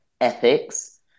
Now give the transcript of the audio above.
ethics